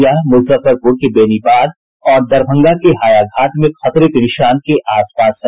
यह मुजफ्फरपुर के बेनीबाद और दरभंगा के हायाघाट में खतरे के निशान के आस पास है